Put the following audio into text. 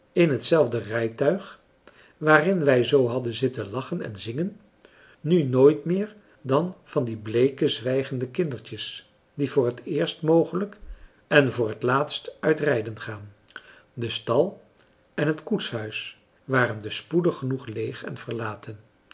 in hetzelfde rijtuig waarin wij zoo hadden zitten lachen en zingen nu nooit meer dan van die bleeke zwijgende kindertjes die voor het eerst mogelijk en voor het laatst uit rijden gaan de stal en het koetshuis waren dus spoedig genoeg leeg en verlaten